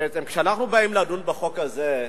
בעצם, כשאנחנו באים לדון בחוק הזה,